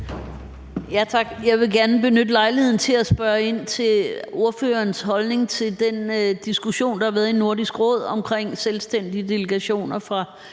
Jeg vil gerne benytte lejligheden til at spørge ind til ordførerens holdning til den diskussion, der har været i Nordisk Råd om selvstændige delegationer fra